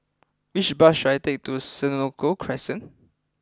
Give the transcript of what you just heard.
which bus should I take to Senoko Crescent